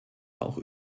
auch